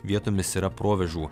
vietomis yra provėžų